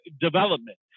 development